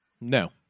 No